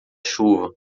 chuva